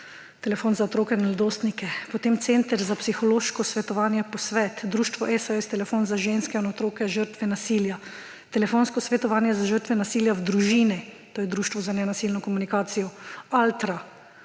Telefon za otroke in mladostnike; potem Center za psihološko svetovanje Posvet; Društvo SOS, telefon za ženske in otroke – žrtve nasilja; Telefonsko svetovanje za žrtve nasilja v družini, to je Društvo za nenasilno komunikacijo; Altra,